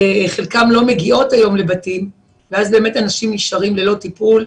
חלקן לא מגיעות היום לבתים ואז באמת אנשים נשארים ללא טיפול,